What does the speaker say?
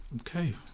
Okay